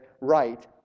right